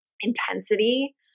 intensity